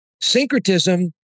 Syncretism